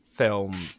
film